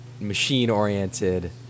machine-oriented